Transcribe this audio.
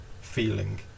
feeling